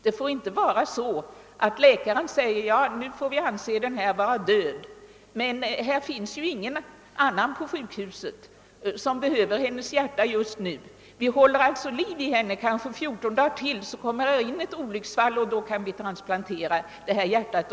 Det får inte gå till så, att en läkare säger att vi egentligen borde låta den här människan dö men eftersom det inte finns någon på sjukhuset som behöver hennes hjärta just nu får vi hålla liv i henne kanske ytterligare 14 dagar, tills det kommer in något olycksfall då vi kan transplantera hjärtat.